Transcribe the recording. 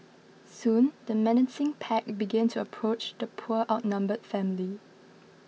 soon the menacing pack began to approach the poor outnumbered family